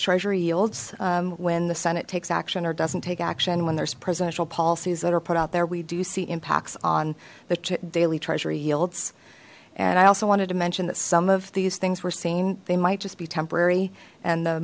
treasury yields when the senate takes action or doesn't take action when there's presidential policies that are put out there we do see impacts on the daily treasury yields and i also wanted to mention that some of these things were seen they might just be temporary and the